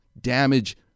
damage